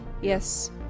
yes